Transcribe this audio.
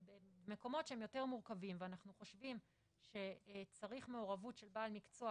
מקומות שהם יותר מורכבים ואנחנו חושבים שצריך מעורבות של בעל מקצוע,